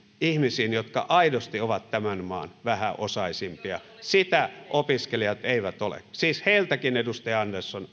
ihmisiin jotka aidosti ovat tämän maan vähäosaisimpia sitä opiskelijat eivät ole siis myönnän edustaja andersson